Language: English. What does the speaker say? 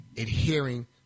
adhering